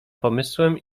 pomysłem